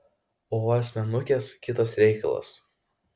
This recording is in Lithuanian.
o va asmenukės kitas reikalas